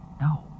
No